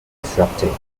disrupting